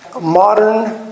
modern